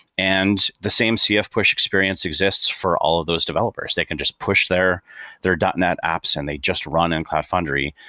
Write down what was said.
and the same cf push experience exists for all of those developers. they can just push their their dotnet apps and they just run in cloud foundry,